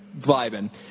vibing